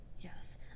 Yes